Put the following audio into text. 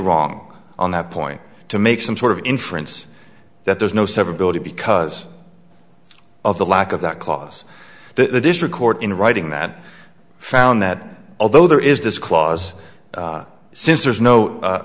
wrong on that point to make some sort of inference that there's no severability because of the lack of that clause the district court in writing that found that although there is this clause since there's no